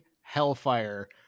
Hellfire